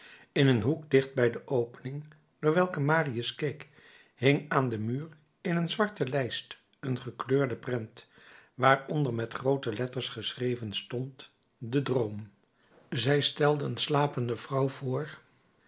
in een hoek dicht bij de opening door welke marius keek hing aan den muur in een zwarte lijst een gekleurde prent waaronder met groote letters geschreven stond de droom zij stelde een slapende vrouw voor